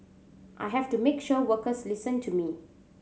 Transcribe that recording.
I have to make sure workers listen to me